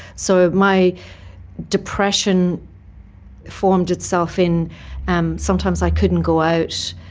so my depression formed itself in and sometimes i couldn't go out,